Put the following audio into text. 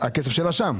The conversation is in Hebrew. הכסף שלה שם.